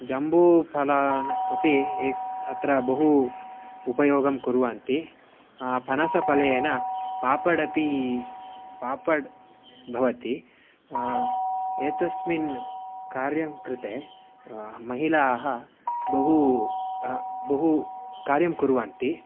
जम्बूफलानि अपि एते अत्र बहू उपयोगं कुर्वन्ति फनसफलेन पापडपि पापड् भवति एतस्मिन् कार्यं कृते महिलाः बहु बहु कार्यं कुर्वन्ति